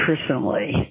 personally